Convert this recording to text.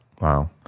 Wow